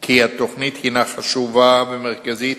כי התוכנית הינה חשובה ומרכזית